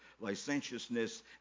licentiousness